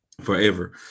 forever